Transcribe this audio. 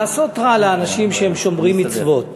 לעשות רע לאנשים שהם שומרים מצוות.